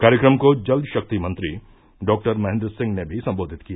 कार्यक्रम को जल शक्ति मंत्री डॉक्टर महेन्द्र सिंह ने भी सम्बोधित किया